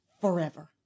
forever